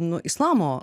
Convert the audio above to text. nu islamo